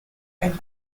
and